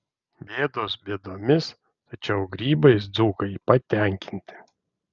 bėdos bėdomis tačiau grybais dzūkai patenkinti